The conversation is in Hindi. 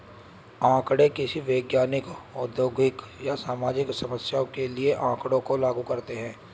आंकड़े किसी वैज्ञानिक, औद्योगिक या सामाजिक समस्या के लिए आँकड़ों को लागू करते है